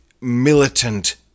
militant